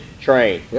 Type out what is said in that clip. train